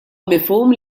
mifhum